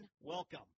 welcome